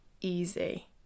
easy